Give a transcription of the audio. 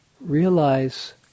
realize